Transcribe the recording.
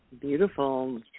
Beautiful